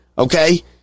Okay